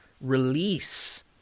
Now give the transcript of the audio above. release